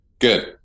good